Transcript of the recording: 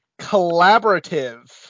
collaborative